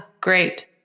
great